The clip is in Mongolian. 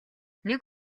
нэг